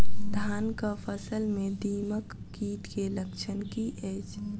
धानक फसल मे दीमक कीट केँ लक्षण की अछि?